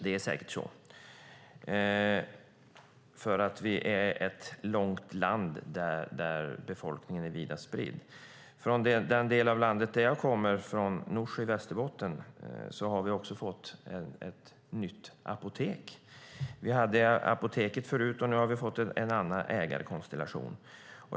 Det är säkert så, för vi lever i ett långt land där befolkningen är vida spridd. I den del av landet som jag kommer från, Norsjö i Västerbotten, har vi också fått ett nytt apotek. Vi hade Apoteket förut, och nu har vi fått en annan ägarkonstellation.